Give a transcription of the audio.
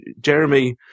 jeremy